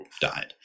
died